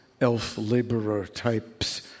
elf-laborer-types